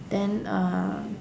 then uh